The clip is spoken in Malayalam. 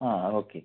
ആ ഓക്കേ